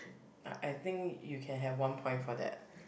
I~ I think you can have one point for that